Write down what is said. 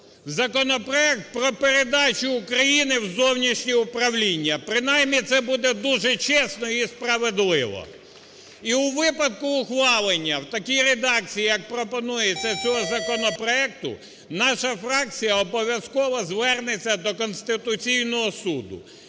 законопроект про передачу України в зовнішнє управління. Принаймні це буде дуже чесно і справедливо. І у випадку ухвалення в такій редакції, як пропонується, цього законопроекту наша фракція обов'язково звернеться до Конституційного Суду.